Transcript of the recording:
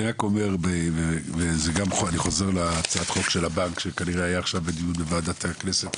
אני רק אומר ואני גם חוזר להצעת החוק של --- שהיה בדיון בוועדת הכנסת